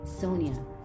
Sonia